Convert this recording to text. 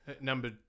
Number